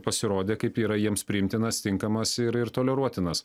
pasirodė kaip yra jiems priimtinas tinkamas ir ir toleruotinas